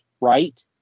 Right